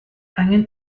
angen